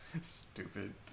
Stupid